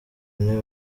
intebe